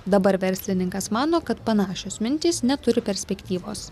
dabar verslininkas mano kad panašios mintys neturi perspektyvos